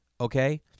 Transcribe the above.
Okay